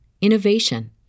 innovation